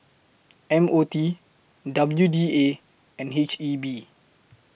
M O T W D A and H E B